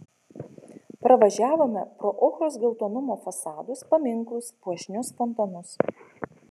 pravažiavome pro ochros geltonumo fasadus paminklus puošnius fontanus